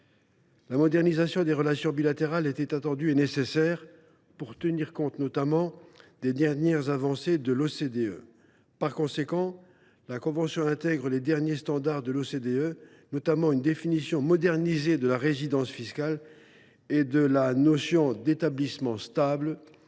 La modernisation des relations bilatérales était attendue et nécessaire, notamment pour tenir compte des avancées en la matière de l’OCDE. Par conséquent, la convention intègre les derniers standards de l’OCDE, notamment une définition modernisée de la résidence fiscale et de la notion d’établissement stable,